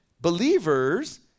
believers